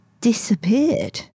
disappeared